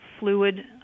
fluid